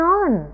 on